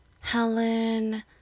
Helen